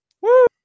Woo